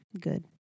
Good